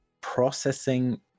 processing